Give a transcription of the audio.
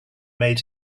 made